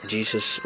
Jesus